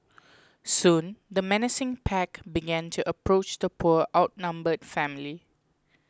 soon the menacing pack began to approach the poor outnumbered family